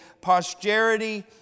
posterity